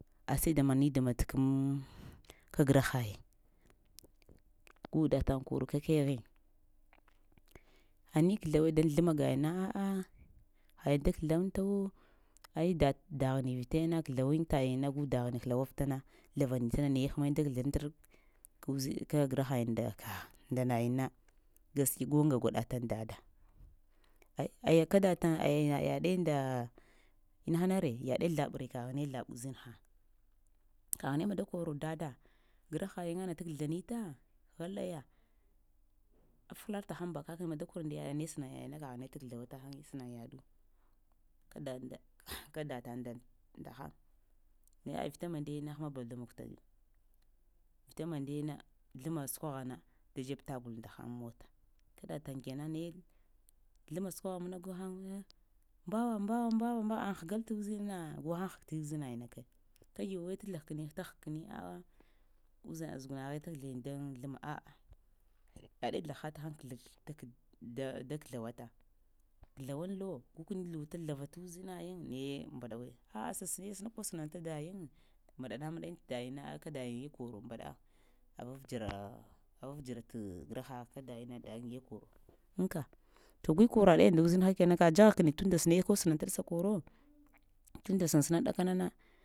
Ashe damani dama t kəmm-ka grahaying gu dataŋ kor kakeghe ani kəzla weɗ daŋ zləma gaaying-naa'a hayiŋ daa kə zlaŋ tawo ai da-daghni vitayana kazla wantayiŋ-na gu daghni hlawaftana ziəvanita naye həmayiŋ da-kəzlantr ka-uz kəgrahayiŋ da kəgh nda nayiŋ-na gask gon-nga gwaɗaa'taŋ dada ai-ai-kə dataŋ ai-ya yaɗe nda ina-ha-nare yaɗe zləɓare, kegh niye zleɓa uzinha ka ghniye ma-da'kor dada, grahayiŋ-na't'a kəzlanita ghalaya af-həlal'tahaj-ba kək'ni ma-dakor nda yayna ne səna yay na kəgh miye'ta kəzlawə't'həŋ səna yaɗu ka danda ka dataŋ ndahəŋ naye aya vitaa maŋndaye-na həmabzləma vita maŋ-ndaye na zləma səkogha na da dzəb'tagun nda həŋ-muwaa ka datəŋ kena naye zləma səkoghamna gu həyeŋ mbawa-mbawa-mbawa-mba an ligal't’ uzinna guhəŋ həg't uzina yiŋ-na kay kəgyo weet zlaghkəni'ta həgkəni a'a uz-zugnaghe t'zləgh daŋ zləma a'a yaɗe zləha'ta həŋ kə zlawafta kəzlawanlo gukəni luta zləvat uzinayiŋ naye mbaɗa-weɗa a'a sa səne sɛnab'ta ka dayiŋ m'ɗanaa-niɗa't dayiŋ-na kə dayiŋ ye-koro mbaɗa a-vaf'dzraa avaf dzra't grahaghaka dayiŋ-na ye koro anka to gu koraɗa-ya nda uzinha kena ka dzagh-həkəni tunda səne kol sənan't sakoro tuŋnda sənsəɗ ɗa kənana